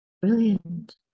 brilliant